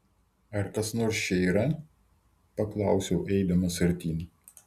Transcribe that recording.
ar kas nors čia yra paklausiau eidamas artyn